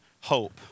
hope